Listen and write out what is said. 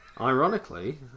Ironically